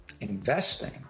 investing